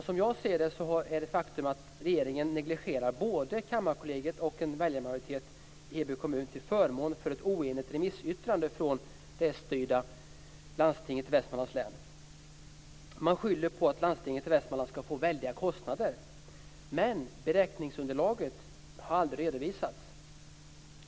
Som jag ser det negligerar regeringen både Kammarkollegiet och en väljarmajoritet i Heby kommun till förmån för ett oenigt remissyttrande från det socialdemokratiskt styrda landstinget i Västmanlands län. Man skyller på att landstinget i Västmanland skulle få väldiga kostnader. Men beräkningsunderlaget har aldrig redovisats.